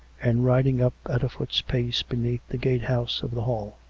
and riding up at a foot's-pace beneath the gatehouse of the hall.